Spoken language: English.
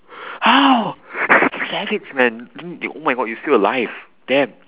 how you're such a savage man o~ oh my god you're still alive damn